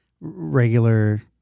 regular